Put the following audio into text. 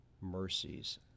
mercies